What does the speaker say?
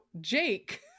Jake